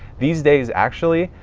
these days actually,